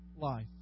life